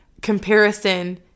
comparison